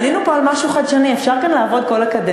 עלינו פה על משהו חדשני: אפשר כאן לעבוד כל הקדנציה,